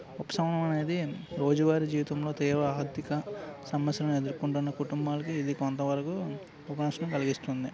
ఉపశమనం అనేది రోజువారి జీవితంలో తమ ఆర్థిక సమస్యలను ఎదుర్కొంటున్న కుటుంబాలకి ఇది కొంతవరకు ఉపశమనం కలిగిస్తుంది